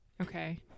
Okay